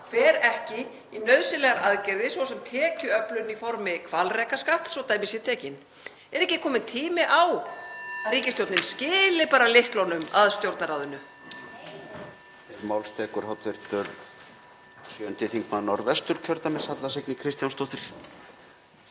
fer ekki í nauðsynlegar aðgerðir, svo sem tekjuöflun í formi hvalrekaskatts, svo dæmi séu tekin. Er ekki kominn tími á að ríkisstjórnin skili bara lyklunum að Stjórnarráðinu?